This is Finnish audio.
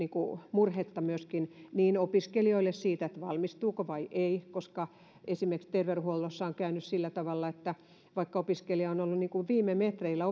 murhetta myöskin opiskelijoille siitä valmistuuko vai ei esimerkiksi terveydenhuollossa on käynyt sillä tavalla että vaikka opiskelija on on ollut viime metreillä